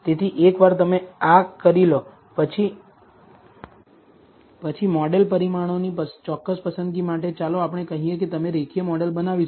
તેથી એકવાર તમે આ કરી લો પછી મોડેલ પરિમાણોની ચોક્કસ પસંદગી માટે ચાલો આપણે કહીએ કે તમે રેખીય મોડેલ બનાવ્યું છે